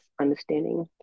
understanding